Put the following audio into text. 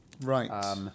Right